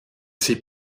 sie